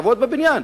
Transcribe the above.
לעבוד בבניין?